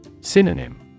Synonym